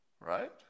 right